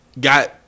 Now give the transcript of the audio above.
Got